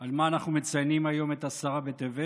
על מה אנחנו מציינים היום את עשרה בטבת.